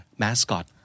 mascot